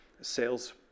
sales